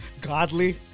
Godly